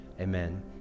Amen